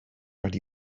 rhaid